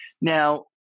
Now